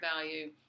value